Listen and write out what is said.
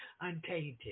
untainted